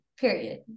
period